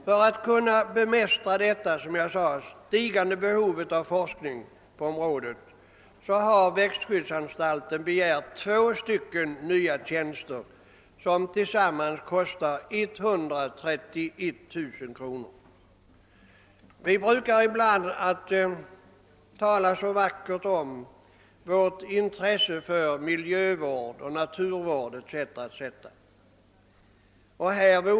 För att kunna möta det stigande behovet av forskning på området har växtskyddsanstalten begärt två nya tjänster som tillsammans kostar 131 000 kronor. Vi talar ibland så vackert om vårt intresse för miljövård, naturvård etc.